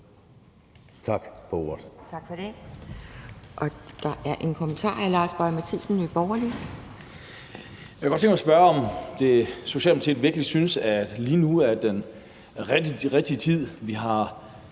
Tak for ordet.